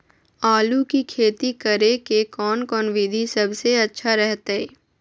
आलू की खेती करें के कौन कौन विधि सबसे अच्छा रहतय?